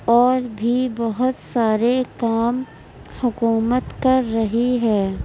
اور بھی بہت سارے کام حکومت کر رہی ہے